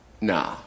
Nah